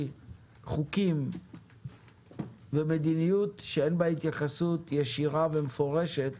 חוקים ומדיניות שאין בהם התייחסות ישירה ומפורשת